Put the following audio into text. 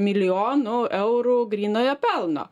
milijonų eurų grynojo pelno